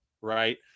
right